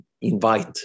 invite